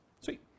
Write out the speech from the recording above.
Sweet